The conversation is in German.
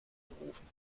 gerufen